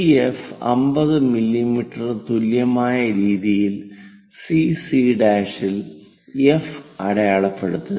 F 50 മില്ലീമീറ്ററിന് തുല്യമായ രീതിയിൽ സിസി' CC' ൽ എഫ് അടയാളപ്പെടുത്തുക